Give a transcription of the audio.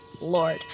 Lord